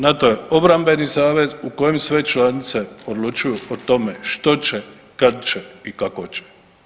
NATO je obrambeni savez u kojem sve članice odlučuju o tome što će, kad će i kako će.